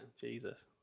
Jesus